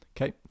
Okay